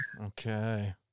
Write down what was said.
Okay